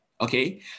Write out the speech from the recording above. Okay